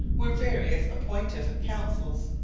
were various appointive councils,